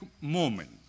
moment